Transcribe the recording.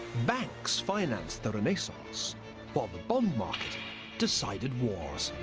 banks financed the renaissance while the bond market decided wars.